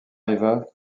driver